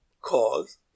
cause